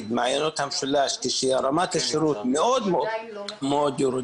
מעיינות המשולש כשרמת השירות מאוד ירודה,